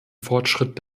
fortschritt